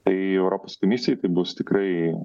tai europos komisijai tai bus tikrai